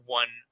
one